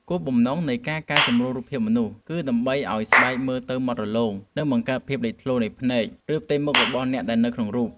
គោលបំណងនៃការកែសម្រួលរូបភាពមនុស្ស គឺដើម្បីធ្វើឱ្យស្បែកមើលទៅម៉ត់រលោង និងបង្កើនភាពលេចធ្លោនៃភ្នែក ឬផ្ទៃមុខរបស់អ្នកដែលនៅក្នុងរូប។